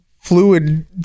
fluid